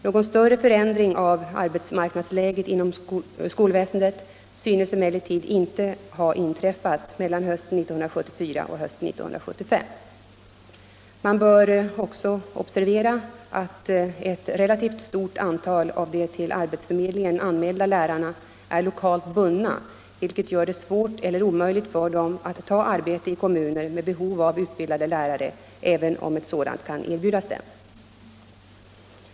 Någon större förändring av arbetsmarknadsläget inom skolväsendet synes emellertid inte ha inträffat mellan hösten 1974 och hösten 1975. Man bör också observera att ett relativt stort antal av de till arbetsförmedlingen anmälda lärarna är lokalt bundna, vilket gör det svårt eller omöjligt för dem att ta arbete i kommuner med behov av utbildade lärare, även om ett sådant kan erbjudas dem.